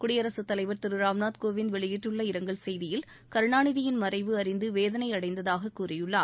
குடியரகத் தலைவர் திரு ராம்நாத் கோவிந்த் வெளியிட்டுள்ள இரங்கல் செய்தியில் கருணாநிதியின் மறைவு அறிந்து வேதனையடைந்ததாக கூறியுள்ளார்